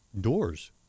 doors